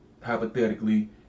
hypothetically